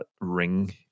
ring